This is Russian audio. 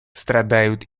страдают